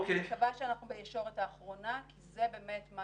אני מקווה שאנחנו בישורת האחרונה כי זה באמת מה